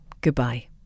goodbye